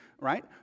right